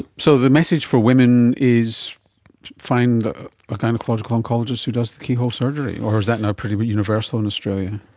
so the message for women is find a ah gynaecological oncologist who does the keyhole surgery? or is that now pretty but universal in australia?